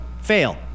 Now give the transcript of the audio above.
fail